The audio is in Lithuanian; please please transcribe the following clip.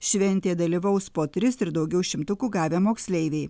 šventėje dalyvaus po tris ir daugiau šimtukų gavę moksleiviai